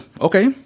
Okay